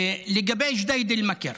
לגבי ג'דיידה-מכר,